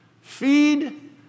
feed